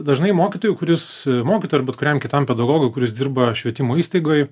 dažnai mokytojui kuris mokytojui ar bet kuriam kitam pedagogui kuris dirba švietimo įstaigoj